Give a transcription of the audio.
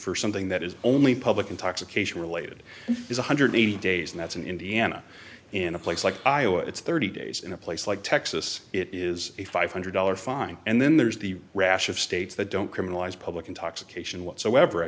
for something that is only public intoxication related is one hundred and eighty dollars days and that's in indiana in a place like iowa it's thirty days in a place like texas it is a five hundred dollars fine and then there's the rash of states that don't criminalize public intoxication whatsoever i